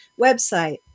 website